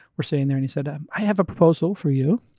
we're sitting there and he said um i have a proposal for you.